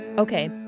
Okay